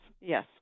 Yes